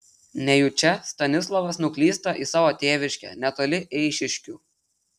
nejučia stanislovas nuklysta į savo tėviškę netoli eišiškių